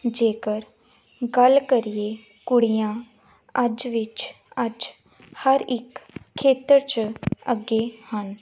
ਜੇਕਰ ਗੱਲ ਕਰੀਏ ਕੁੜੀਆਂ ਅੱਜ ਵਿੱਚ ਅੱਜ ਹਰ ਇੱਕ ਖੇਤਰ 'ਚ ਅੱਗੇ ਹਨ